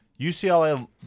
UCLA